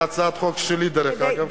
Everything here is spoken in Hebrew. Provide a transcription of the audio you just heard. זה הצעת חוק שלי, דרך אגב.